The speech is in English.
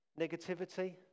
negativity